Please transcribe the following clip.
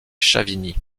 chavigny